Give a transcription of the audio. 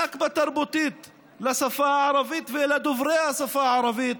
נכבה תרבותית לשפה הערבית ולדוברי השפה הערבית,